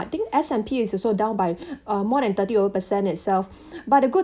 I think S&P is also down by uh more than thirty over percent itself but the good